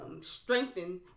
strengthen